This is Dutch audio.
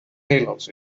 nederlands